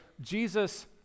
Jesus